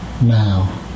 now